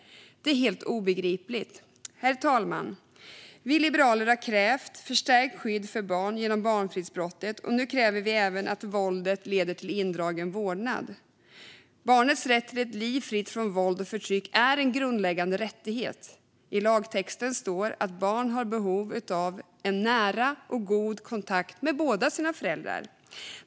Det är helt obegripligt. Herr talman! Vi liberaler har krävt förstärkt skydd för barn genom barnfridsbrottet, och nu kräver vi även att våldet leder till indragen vårdnad. Barns rätt till ett liv fritt från våld och förtryck är en grundläggande rättighet. I lagtexten står det att barn har behov av en nära och god kontakt med båda sina föräldrar.